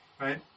right